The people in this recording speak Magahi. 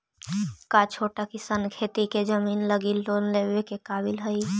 का छोटा किसान खेती के जमीन लगी लोन लेवे के काबिल हई?